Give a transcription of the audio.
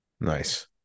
Nice